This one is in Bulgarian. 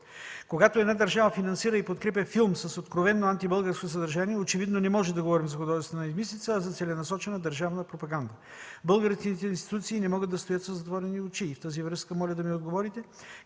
Когато една държава финансира и подкрепя един филм с откровено антибългарско съдържание, очевидно, не може да говорим за художествена измислица, а за целенасочена държавна пропаганда. Българските институции не могат да стоят със затворени очи. В тази връзка, моля да ми отговорите: